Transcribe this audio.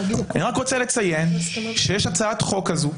אני רק רוצה לציין שיש הצעת חוק כזאת,